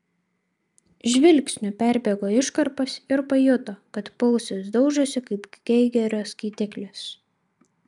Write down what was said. žvilgsniu perbėgo iškarpas ir pajuto kad pulsas daužosi kaip geigerio skaitiklis